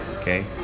okay